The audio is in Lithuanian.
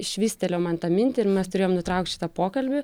švystelėjo man tą mintį ir mes turėjom nutraukt šitą pokalbį